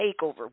takeover